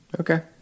Okay